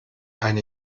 eine